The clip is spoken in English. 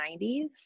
90s